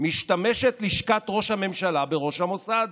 משתמשת לשכת ראש הממשלה בראש המוסד.